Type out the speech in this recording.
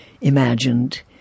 imagined